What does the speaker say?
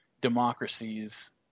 democracies